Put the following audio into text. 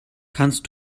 kannst